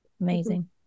Amazing